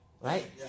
Right